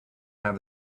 have